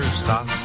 stop